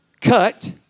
cut